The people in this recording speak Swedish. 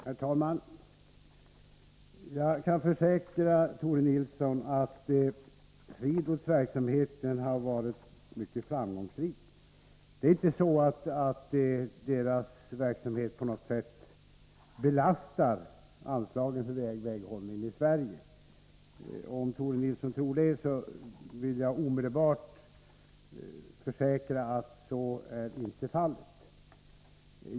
Herr talman! Jag kan försäkra Tore Nilsson att SweRoads verksamhet har varit mycket framgångsrik. Det är inte så att den verksamheten på något sätt belastar anslagen för väghållning i Sverige. För den händelse Tore Nilsson tror det vill jag omedelbart försäkra att så inte är fallet.